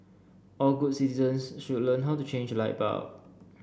all good citizens should learn how to change light bulb